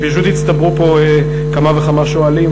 פשוט הצטברו פה כמה וכמה שואלים,